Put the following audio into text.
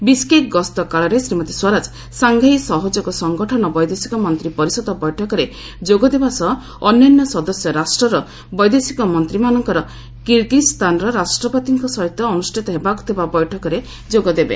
Bishkek ଗସ୍ତ କାଳରେ Shrimati Swaraj Shanghai ସହଯୋଗ ସଂଗଠନ ବୈଦେଶିକ ମନ୍ତ୍ରୀ ପରିଷଦ ବୈଠକରେ ଯୋଗଦେବା ସହ ଅନ୍ୟାନ୍ୟ ସଦସ୍ୟ ରାଷ୍ଟର ବୈଦେଶିକ ମନ୍ତ୍ରୀମାନଙ୍କର କିରଗିଜ୍ ସ୍ଥାନର ରାଷ୍ଟ୍ରପତିଙ୍କ ସହିତ ଅନୁଷ୍ଠିତ ହେବାକୁଥିବା ବୈଠକରେ ଯୋଗ ଦେବେ